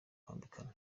kwambikana